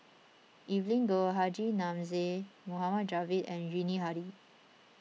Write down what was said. Evelyn Goh Haji Namazie Mohd Javad and Yuni Hadi